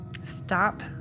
Stop